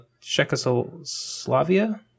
Czechoslovakia